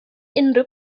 unrhyw